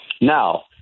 now